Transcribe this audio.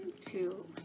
Two